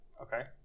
Okay